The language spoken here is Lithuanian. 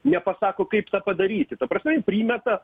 nepasako kaip tą padaryti ta prasme ji primeta